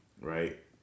right